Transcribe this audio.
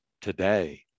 today